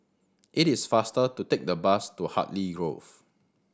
it is faster to take the bus to Hartley Grove